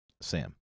Sam